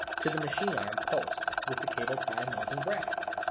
to the machine arm post, with the cable tie mounting brackets.